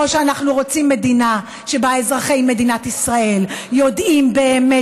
או שאנחנו רוצים מדינה שבה אזרחי מדינת ישראל יודעים באמת